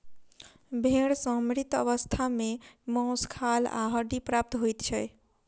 भेंड़ सॅ मृत अवस्था मे मौस, खाल आ हड्डी प्राप्त होइत छै